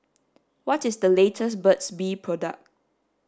what is the latest Burt's bee product